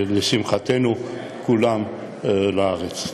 לשמחתנו, כולם לארץ.